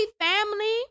family